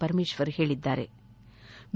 ಪರಮೇಶ್ನರ್ ಹೇಳಿದ್ಗಾರೆ